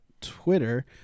Twitter